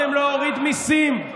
הבטחתם להוריד מיסים.